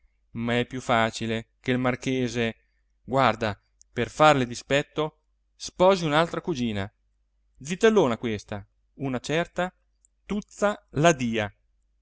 ma è più facile che il marchese guarda per farle dispetto sposi un'altra cugina zitellona questa una certa tuzza la dia